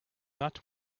that